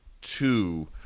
two